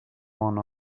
one